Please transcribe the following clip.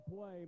play